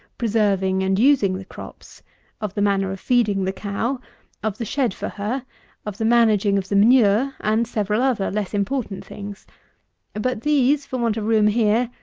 preserving, and using the crops of the manner of feeding the cow of the shed for her of the managing of the manure, and several other less important things but these, for want of room here,